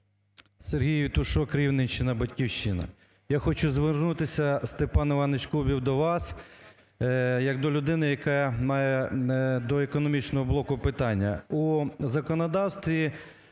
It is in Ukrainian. Сергій Євтушок, Рівненщина, "Батьківщина". Я хочу звернутися, Степан Іванович Кубів, до вас як людини, яка має до економічного блоку питання. У законодавстві,